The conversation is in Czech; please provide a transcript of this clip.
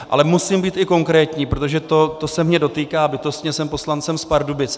Ale musím být i konkrétní, protože to se mě dotýká bytostně, jsem poslancem z Pardubic.